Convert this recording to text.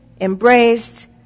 embraced